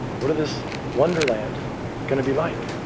what is this wonderland going to be like?